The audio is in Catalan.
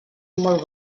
molt